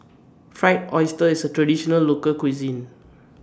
Fried Oyster IS A Traditional Local Cuisine